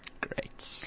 Great